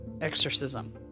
exorcism